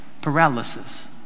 paralysis